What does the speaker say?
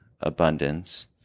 abundance